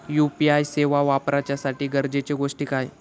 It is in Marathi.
यू.पी.आय सेवा वापराच्यासाठी गरजेचे गोष्टी काय?